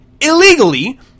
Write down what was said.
illegally